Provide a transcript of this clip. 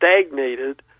stagnated